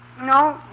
No